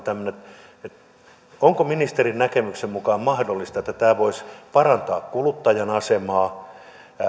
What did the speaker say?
tämmöinen mahdollistetaan onko ministerin näkemyksen mukaan mahdollista että tämä voisi parantaa kuluttajan asemaa